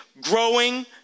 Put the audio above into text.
growing